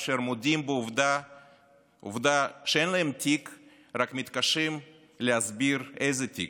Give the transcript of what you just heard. אשר מודים בעובדה שאין להם תיק רק מתקשים להסביר איזה תיק,